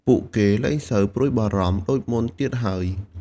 ពួកគេលែងសូវព្រួយបារម្ភដូចមុនទៀតហើយ។